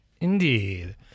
Indeed